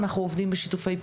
אנחנו עובדים בשיתופי פעולה,